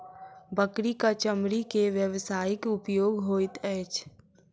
बकरीक चमड़ी के व्यवसायिक उपयोग होइत अछि